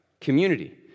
Community